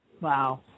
Wow